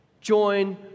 Join